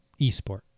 esport